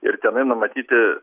ir tenai numatyti